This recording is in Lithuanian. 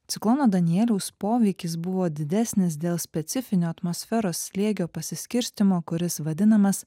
ciklono danieliaus poveikis buvo didesnis dėl specifinio atmosferos slėgio pasiskirstymo kuris vadinamas